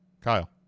kyle